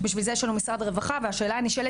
בשביל זה יש לנו את משרד הרווחה והשאלה הנשאלת,